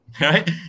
right